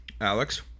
Alex